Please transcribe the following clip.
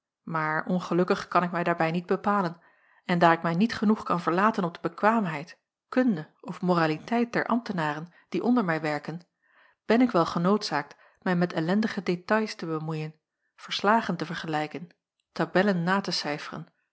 maar ongelukkig kan ik mij daarbij niet bepalen en daar ik mij niet genoeg kan verlaten op de bekwaamheid kunde of moraliteit der ambtenaren die onder mij werken ben ik wel genoodzaakt mij met ellendige détails te bemoeien verslagen te vergelijken tabellen na te cijferen